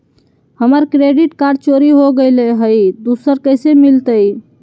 हमर credit card चोरी हो गेलय हई, दुसर कैसे मिलतई?